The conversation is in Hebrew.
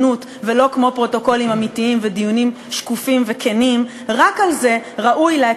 הרצוג, בעד יצחק וקנין, נגד מכלוף מיקי זוהר, נגד